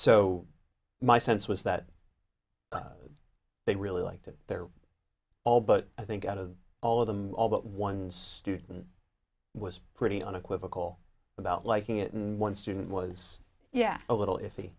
so my sense was that they really liked it there all but i think out of all of them all but one student was pretty unequivocal about liking it and one student was yeah a little iffy